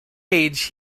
age